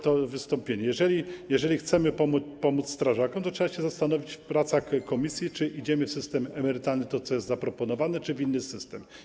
Konkludując to wystąpienie: Jeżeli chcemy pomóc strażakom, to trzeba się zastanowić w pracach komisji, czy idziemy w system emerytalny, w to, co jest zaproponowane, czy w inny system.